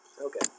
Okay